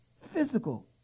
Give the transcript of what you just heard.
physical